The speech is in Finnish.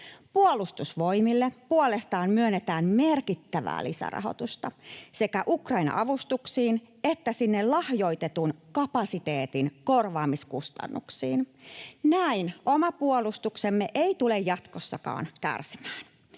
Puolustusvoimille puolestaan myönnetään merkittävää lisärahoitusta sekä Ukraina-avustuksiin että sinne lahjoitetun kapasiteetin korvaamiskustannuksiin. Näin oma puolustuksemme ei tule jatkossakaan kärsimään.